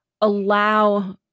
allow